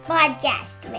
Podcast